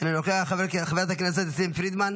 איננו נוכח, חברת הכנסת יסמין פרידמן,